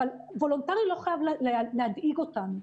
אבל וולונטרי לא חייב להדאיג אותנו,